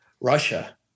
Russia